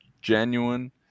genuine